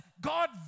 God